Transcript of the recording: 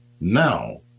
now